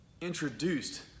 introduced